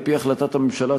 על-פי החלטת הממשלה,